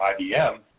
IBM